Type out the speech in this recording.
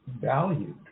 valued